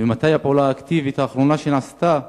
מתי נעשתה הפעולה האקטיבית האחרונה בשביל